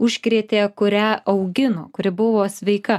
užkrėtė kurią augino kuri buvo sveika